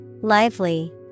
Lively